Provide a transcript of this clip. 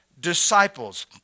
disciples